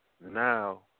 now